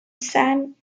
san